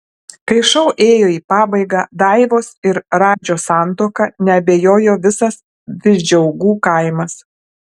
kai šou ėjo į pabaigą daivos ir radžio santuoka neabejojo visas visdžiaugų kaimas